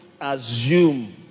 assume